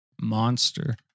Monster